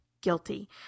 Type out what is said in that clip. guilty